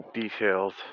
details